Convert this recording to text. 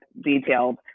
detailed